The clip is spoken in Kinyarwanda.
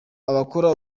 abakora